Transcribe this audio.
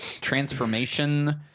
transformation